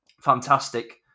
Fantastic